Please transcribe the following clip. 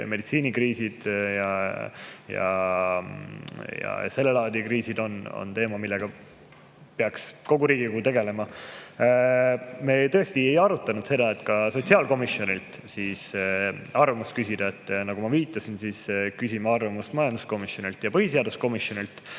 meditsiinikriisid. Sedalaadi kriisid on teema, millega peaks kogu Riigikogu tegelema. Me tõesti ei arutanud seda, et ka sotsiaalkomisjonilt arvamust küsida. Nagu ma viitasin, küsime arvamust majanduskomisjonilt ja põhiseaduskomisjonilt.